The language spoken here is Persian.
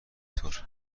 طور